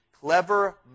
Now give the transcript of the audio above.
Clever